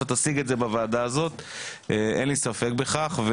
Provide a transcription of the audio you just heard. תשיג את זה בוועדה הזאת אין לי ספק בכך,